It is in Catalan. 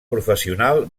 professional